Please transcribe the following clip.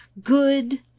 good